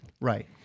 Right